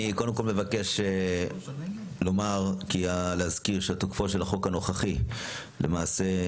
אני מבקש להזכיר שתוקפו של החוק הנוכחי להתמודדות